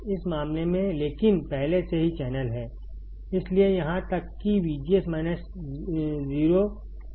इस मामले में लेकिन पहले से ही चैनल है